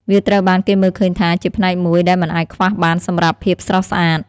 វាត្រូវបានគេមើលឃើញថាជាផ្នែកមួយដែលមិនអាចខ្វះបានសម្រាប់ភាពស្រស់ស្អាត។